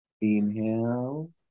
Inhale